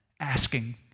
Asking